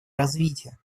развития